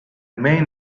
main